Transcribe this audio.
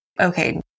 okay